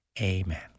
Amen